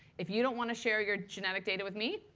if you don't want to share your genetic data with me,